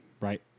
right